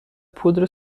پودر